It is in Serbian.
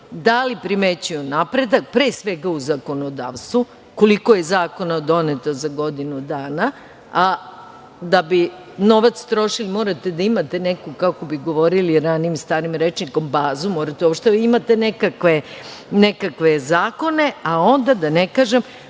da li primećuju napredak, pre svega u zakonodavstvu, koliko je zakona doneto za godinu dana. A da bi novac trošili, morate da imate neku, kako bi govorili ranijim starim rečnikom, bazu, morate uopšte da imate nekakve zakone, a onda, da ne kažem,